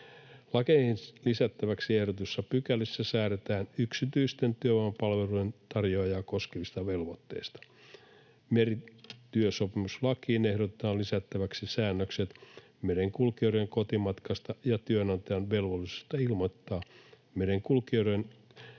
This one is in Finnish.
Lakeihin lisättäväksi ehdotetuissa pykälissä säädetään yksityisten työvoimapalvelujen tarjoajia koskevista velvoitteista. Merityösopimuslakiin ehdotetaan lisättäväksi säännökset merenkulkijoiden kotimatkasta ja työnantajan velvollisuudesta ilmoittaa merenkulkijoiden